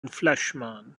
fleischmann